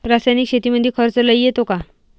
रासायनिक शेतीमंदी खर्च लई येतो का?